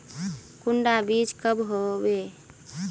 कुंडा बीज कब होबे?